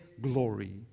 glory